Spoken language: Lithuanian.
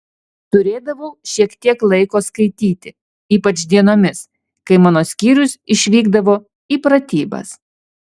turėdavau šiek tiek laiko skaityti ypač dienomis kai mano skyrius išvykdavo į pratybas